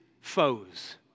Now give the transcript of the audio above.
foes